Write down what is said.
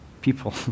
people